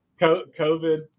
COVID